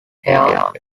haired